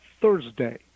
Thursday